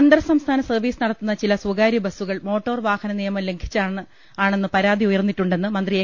അന്തർ സംസ്ഥാന സർവീസ് നടത്തുന്ന ചില സ്ഥകാര്യ ബസ്സു കൾ മോട്ടോർ വാഹന നിയമം ലംഘിച്ചാണെന്ന് പരാതി ഉയർന്നി ട്ടുണ്ടെന്ന് മന്ത്രി എ